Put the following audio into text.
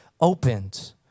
opened